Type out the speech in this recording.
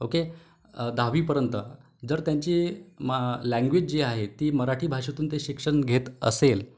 okay दहावीपर्यंत जर त्यांची मा लँग्वेज जी आहे ती मराठी भाषेतून ते शिक्षण घेत असेल